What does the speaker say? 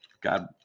God